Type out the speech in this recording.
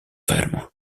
fermo